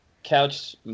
Couch